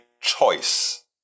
choice